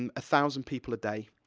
and thousand people a day.